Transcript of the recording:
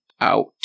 out